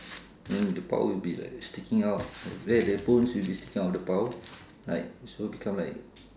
and the palm will be like sticking out where the bones will be sticking out of the palm like so become like